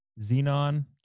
Xenon